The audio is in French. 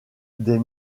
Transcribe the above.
des